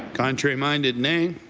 contrary-minded, nay?